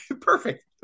Perfect